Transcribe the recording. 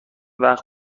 وقت